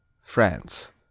France